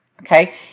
Okay